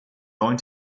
going